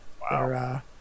Wow